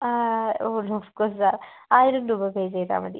ആ ഓ of course sir ആയിരം രൂപ പേ ചെയ്താൽ മതി